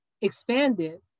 expanded